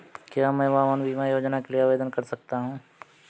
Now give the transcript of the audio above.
क्या मैं वाहन बीमा योजना के लिए आवेदन कर सकता हूँ?